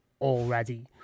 already